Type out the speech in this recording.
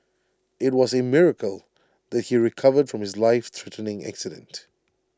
IT was A miracle that he recovered from his lifethreatening accident